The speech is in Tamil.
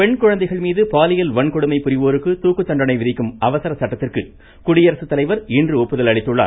பெண் குழந்தைகள் மீது பாலியல் வன்கொடுமை புரிவோருக்கு தூக்கு தண்டனை விதிக்கும் அவசர சட்டத்திற்கு குடியரசுத்தலைவர் இன்று ஒப்புதல் அளித்துள்ளார்